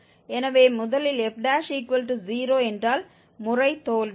எனவே முதலில் f0 என்றால் முறை தோல்வி